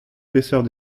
peseurt